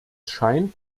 scheint